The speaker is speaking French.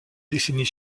décennies